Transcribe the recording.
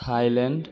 Thailand